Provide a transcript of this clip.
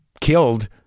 killed